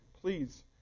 please